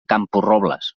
camporrobles